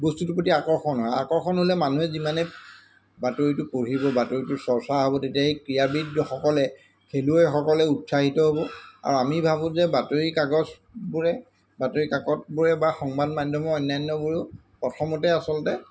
বস্তুটোৰ প্ৰতি আকৰ্ষণ হয় আকৰ্ষণ হ'লে মানুহে যিমানে বাতৰিটো পঢ়িব বাতৰিটো চৰ্চা হ'ব তেতিয়া সেই ক্ৰীড়াবিদসকলে খেলুৱৈসকলে উৎসাহিত হ'ব আৰু আমি ভাবোঁ যে বাতৰিকাগজবোৰে বাতৰিকাকতবোৰে বা সংবাদ মাধ্যমৰ অন্যান্যবোৰেও প্ৰথমতে আচলতে